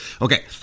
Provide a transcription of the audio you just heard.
Okay